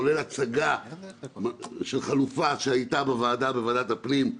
כולל הצגה של חלופה שהייתה בוועדת הפנים,